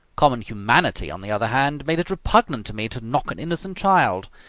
common humanity, on the other hand, made it repugnant to me to knock an innocent child.